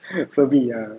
furby ya